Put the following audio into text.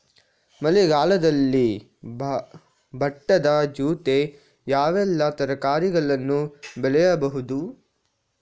ಮಳೆಗಾಲದಲ್ಲಿ ಭತ್ತದ ಜೊತೆ ಯಾವೆಲ್ಲಾ ತರಕಾರಿಗಳನ್ನು ಬೆಳೆಯಬಹುದು?